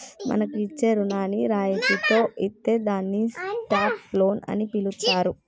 మనకు ఇచ్చే రుణాన్ని రాయితితో ఇత్తే దాన్ని స్టాప్ లోన్ అని పిలుత్తారు